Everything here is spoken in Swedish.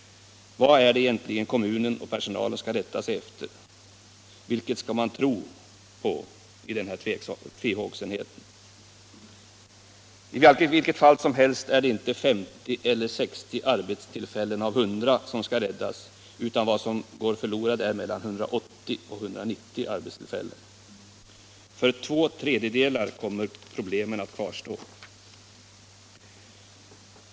Vad är det egentligen kommunen och personalen skall rätta sig efter? Vilket skall man tro på i den här tvehågsenheten? I vilket fall som helst är det inte 50 eller 60 arbetstillfällen av 100 som skall räddas utan vad som går förlorat är mellan 180 och 190 arbetstillfällen. För två tredjedelar kommer problemen att kvarstå.